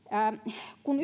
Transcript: kun